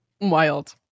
wild